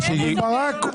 רם בן ברק,